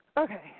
okay